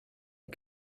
die